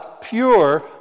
pure